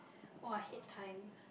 [wah] I hate time